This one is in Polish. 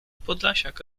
podlasiak